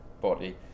body